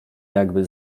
jakby